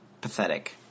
pathetic